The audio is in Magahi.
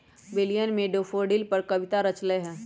विलियम ने डैफ़ोडिल पर कविता रच लय है